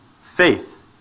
Faith